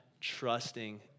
trusting